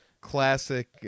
Classic